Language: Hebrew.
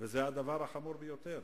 וזה הדבר החמור ביותר.